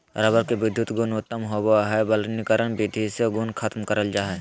rubber के विधुत गुण उत्तम होवो हय वल्कनीकरण विधि से गुण खत्म करल जा हय